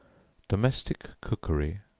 domestic cookery,